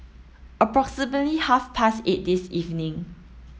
half past eight this evening